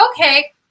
okay